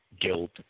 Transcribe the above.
guilt